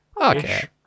Okay